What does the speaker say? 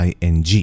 ing